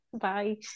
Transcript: Bye